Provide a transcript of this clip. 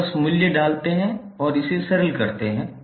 आप बस मूल्य डालते हैं और इसे सरल करते हैं